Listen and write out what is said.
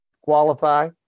qualify